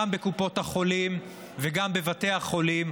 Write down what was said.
גם בקופות החולים וגם בבתי החולים,